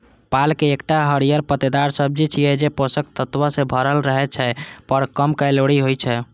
पालक एकटा हरियर पत्तेदार सब्जी छियै, जे पोषक तत्व सं भरल रहै छै, पर कम कैलोरी होइ छै